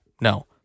No